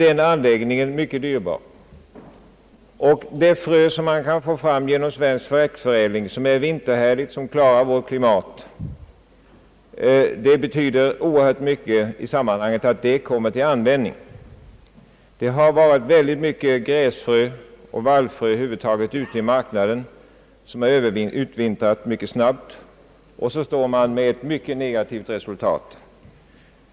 Det är därför av stor betydelse att här kan användas sådana frösorter som man kan få fram genom svensk växtförädling, som är vinterhärdiga och som tål vårt klimat. Det har varit mycket gräsfrö och över huvud taget vallfrö ute i marknaden, som mycket snabbt har utvintrat — och man har stått där med ett mycket negativt resultat.